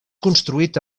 construït